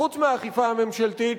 חוץ מהאכיפה הממשלתית,